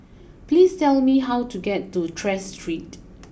please tell me how to get to Tras Street